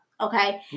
okay